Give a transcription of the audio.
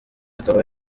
akaba